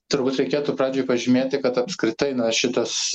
turbūt reikėtų pradžioj pažymėti kad apskritai na šitas